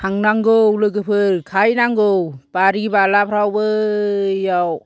थांनांगौ लोगोफोर खाहैनांगौ बारि बालाफ्राव बैयाव